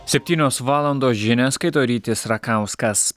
septynios valandos žinias skaito rytis rakauskas